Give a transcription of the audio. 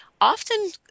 often